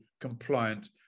compliant